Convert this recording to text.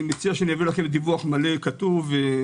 אביא לכם דיווח כללי, מלא ומפורט,